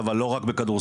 אבל לא רק בכדורסל,